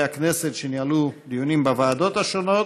הכנסת שניהלו דיונים בוועדות השונות.